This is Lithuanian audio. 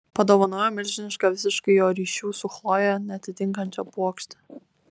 padovanojo milžinišką visiškai jo ryšių su chloje neatitinkančią puokštę